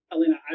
Elena